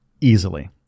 easily